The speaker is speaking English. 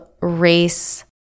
race